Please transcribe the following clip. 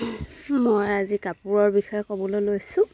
মই আজি কাপোৰৰ বিষয়ে ক'বলৈ লৈছোঁ